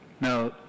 now